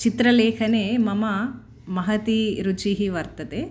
चित्रलेखने मम महति रुचिः वर्तते